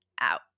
out